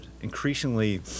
increasingly